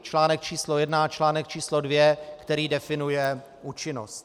Článek číslo 1 a článek číslo 2, který definuje účinnost.